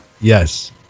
Yes